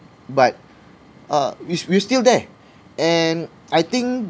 but uh we're we're still there and I think